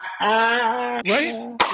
Right